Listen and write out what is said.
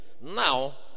Now